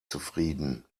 zufrieden